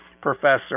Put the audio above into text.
professor